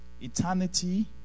eternity